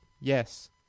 yes